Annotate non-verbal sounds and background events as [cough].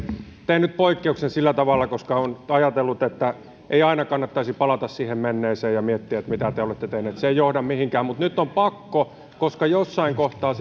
teen nyt poikkeuksen sillä tavalla koska olen ajatellut että ei aina kannattaisi palata menneeseen ja miettiä että mitä te olette tehneet se ei johda mihinkään mutta nyt on pakko koska jossain kohtaa [unintelligible]